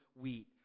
wheat